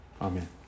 Amen